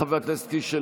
חבר הכנסת קיש,